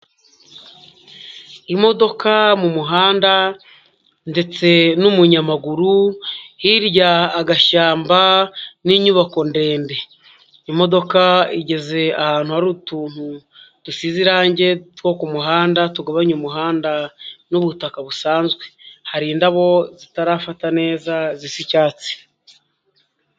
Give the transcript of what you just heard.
Imodoka mu muhanda ndetse n'umunyamaguru, hirya agashyamba n'inyubako ndende. Imodoka igeze ahantu hari utuntu dusize irange two ku muhanda, tugabanya umuhanda n'ubutaka busanzwe. Hari indabo zitarafata neza zisa icyatsi.